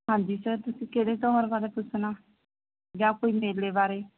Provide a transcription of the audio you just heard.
ਹਾਂਜੀ ਸਰ ਤੁਸੀਂ ਕਿਹੜੇ ਤਿਉਹਾਰ ਬਾਰੇ ਪੁੱਛਣਾ ਜਾਂ ਕੋਈ ਮੇਲੇ ਬਾਰੇ